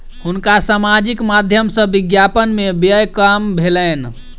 हुनका सामाजिक माध्यम सॅ विज्ञापन में व्यय काम भेलैन